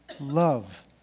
love